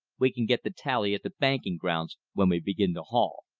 we can get the tally at the banking grounds when we begin to haul.